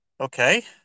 Okay